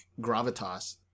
Gravitas